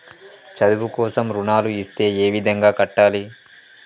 చదువు కోసం రుణాలు ఇస్తే ఏ విధంగా కట్టాలి?